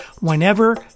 whenever